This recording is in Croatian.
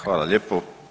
Hvala lijepo.